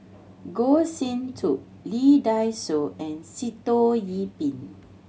Goh Sin Tub Lee Dai Soh and Sitoh Yih Pin